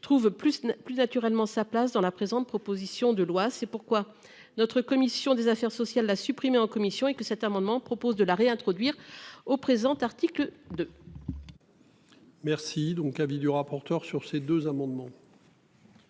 ne plus naturellement sa place dans la présente, proposition de loi. C'est pourquoi notre commission des affaires sociales a supprimé en commission et que cet amendement propose de la réintroduire au présent article de. Merci donc avis du rapporteur sur ces deux amendements.